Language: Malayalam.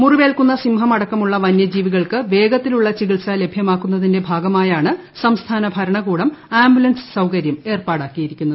മുറിവേൽക്കുന്ന സിംഹം അടക്കമുള്ള വനൃജീവികൾക്ക് വേഗത്തിലുള്ള ചികിത്സ ലഭ്യമാക്കുന്നതിന്റെ ഭാഗമായാണ് ആംബുലൻസ് സംസ്ഥാന ഭരണകൂടം സൌകര്യം ഏർപ്പാടാക്കിയിരിക്കുന്നത്